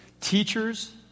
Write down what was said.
teachers